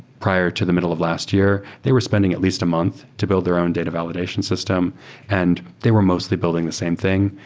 prior to the middle of last year, they were spending at least a month to build their own data validation system and they were mostly building the same thing.